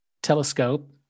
Telescope